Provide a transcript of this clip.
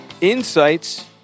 Insights